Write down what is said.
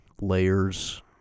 layers